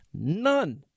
None